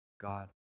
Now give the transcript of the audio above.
God